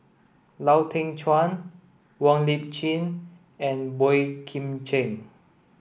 Lau Teng Chuan Wong Lip Chin and Boey Kim Cheng